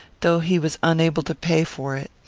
though he was unable to pay for it.